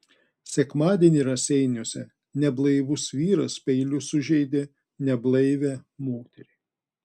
sekmadienį raseiniuose neblaivus vyras peiliu sužeidė neblaivią moterį